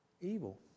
evil